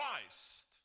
Christ